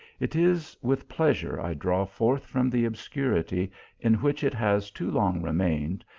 it is with pleasure i draw forth from the obscurity in which it has too long remained,